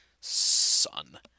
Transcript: Son